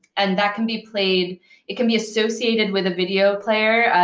and that can be played it can be associated with a video player,